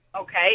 okay